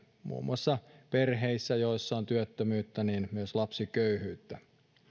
muun muassa perheissä joissa on työttömyyttä myös lapsiköyhyyttä